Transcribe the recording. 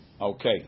Okay